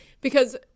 because-